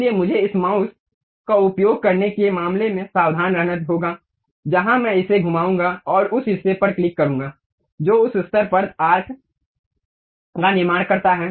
इसलिए मुझे इस माउस का उपयोग करने के मामले में सावधान रहना होगा जहां मैं इसे घुमाऊंगा और उस हिस्से पर क्लिक करूंगा जो उस स्तर तक आर्क का निर्माण करता है